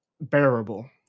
bearable